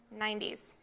90s